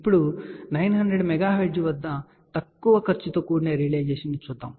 ఇప్పుడు 900 MHz వద్ద తక్కువ ఖర్చుతో కూడిన రియలైజేషన్ ను చూద్దాం